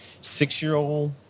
six-year-old